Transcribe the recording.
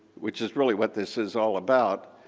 which is really what this is all about,